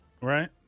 Right